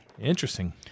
Interesting